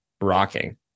rocking